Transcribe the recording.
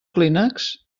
clínex